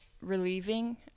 relieving